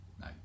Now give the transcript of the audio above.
No